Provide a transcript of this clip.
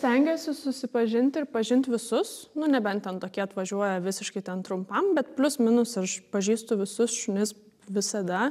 stengiuosi susipažint ir pažint visus nu nebent ten tokie atvažiuoja visiškai ten trumpam bet plius minus aš pažįstu visus šunis visada